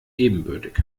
ebenbürtig